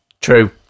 True